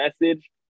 message